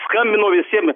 skambino visiem